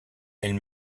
elle